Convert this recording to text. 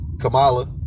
Kamala